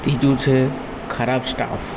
ત્રીજું છે ખરાબ સ્ટાફ